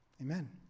Amen